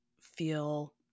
feel